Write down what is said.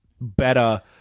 better